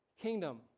kingdom